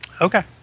okay